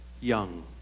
Young